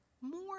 more